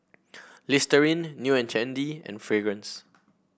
Listerine New And Trendy and Fragrance